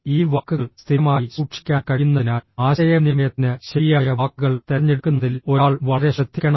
ഈ വാക്കുകൾ സ്ഥിരമായി സൂക്ഷിക്കാൻ കഴിയുന്നതിനാൽ ആശയവിനിമയത്തിന് ശരിയായ വാക്കുകൾ തിരഞ്ഞെടുക്കുന്നതിൽ ഒരാൾ വളരെ ശ്രദ്ധിക്കണം